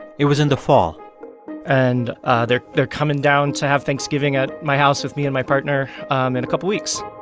it was in the fall and ah they're they're coming down to have thanksgiving at my house with me and my partner um in a couple weeks